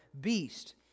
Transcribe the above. beast